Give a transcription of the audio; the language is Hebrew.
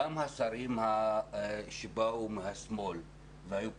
גם השרים שבאו מהשמאל והיו פתוחים,